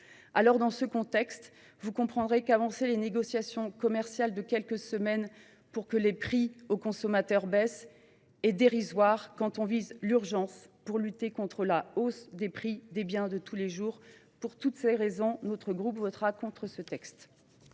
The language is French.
Dans ces conditions, vous le comprendrez, avancer les négociations commerciales de quelques semaines pour que les prix au consommateur baissent est dérisoire, quand, comme nous, on veut lutter en urgence contre la hausse des prix des biens de tous les jours. Pour toutes ces raisons, notre groupe votera contre ce texte.